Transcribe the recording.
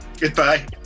Goodbye